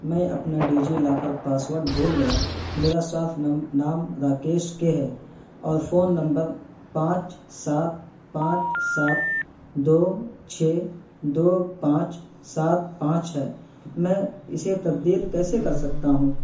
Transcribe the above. میں اپنا DigiLocker password بھول گیا میرا صاف نام راکیش کے ہے اور فون نمبر پانچ سات پانچ سات دو چھ دو پانچ سات پانچ ہے میں اسے تبدیل کیسے کر سکتا ہوں